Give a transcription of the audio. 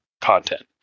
content